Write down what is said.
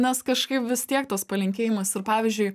nes kažkaip vis tiek tas palinkėjimas ir pavyzdžiui